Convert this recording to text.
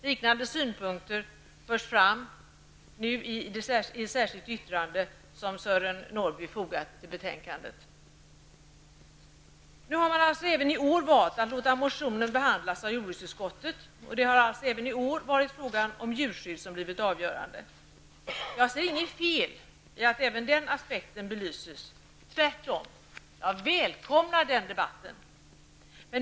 Liknande synpunkter förs nu fram i det särskilda yttrande som Sören Norrby har fogat till betänkandet. Även i år har man valt att låta motionen behandlas av jordbruksutskottet, och det har alltså även i år varit frågan om djurskydd som blivit avgörande. Jag ser inget fel i att även denna aspekt belyses. Tvärtom välkomnar jag den debatten.